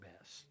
best